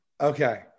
Okay